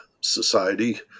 society